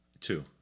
Two